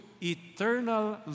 eternal